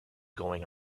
going